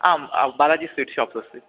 आम् Balaji sweet shop अस्ति